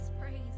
praise